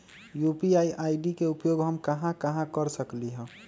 UPI ID के उपयोग हम कहां कहां कर सकली ह?